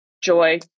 joy